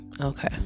okay